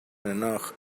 enough